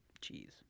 cheese